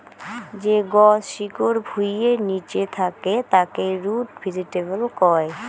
যে গছ শিকড় ভুঁইয়ের নিচে থাকে তাকে রুট ভেজিটেবল কয়